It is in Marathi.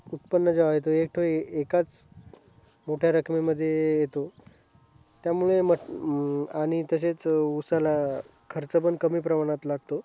उत्पन्न जेव्हा येतो एठो एकाच मोठ्या रकमेमध्ये येतो त्यामुळे मट आणि तसेच उसाला खर्च पण कमी प्रमाणात लागतो